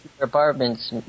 Apartments